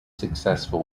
successful